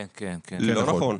כן, קובי.